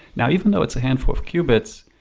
now, even though it's a handful of qubits,